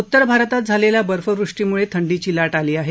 उत्तर भारतात झालेल्या बर्फवृष्टीमुळे थंडीची लाट आली आहे